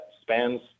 spans